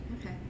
Okay